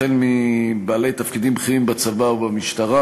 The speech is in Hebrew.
החל בבעלי תפקידים בכירים בצבא או במשטרה